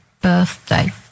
birthday